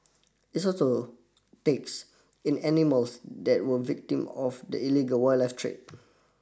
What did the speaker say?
takes in animals that were victim of the illegal wildlife trade